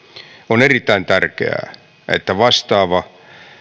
on erittäin tärkeää että vastaava